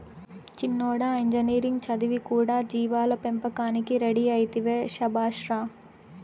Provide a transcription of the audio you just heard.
చిన్నోడా ఇంజనీరింగ్ చదివి కూడా జీవాల పెంపకానికి రెడీ అయితివే శభాష్ రా